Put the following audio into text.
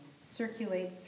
circulate